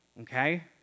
okay